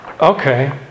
okay